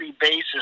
basis